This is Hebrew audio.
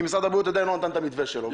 כי משרד הבריאות עדיין לא נתן את המתווה שלו.